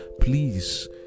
Please